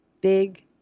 Big